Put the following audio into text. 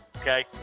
okay